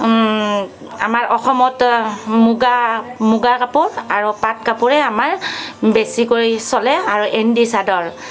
আমাৰ অসমত মুগা মুগা কাপোৰ আৰু পাট কাপোৰে আমাৰ বেছিকৈ চলে আৰু এণ্ডি চাদৰ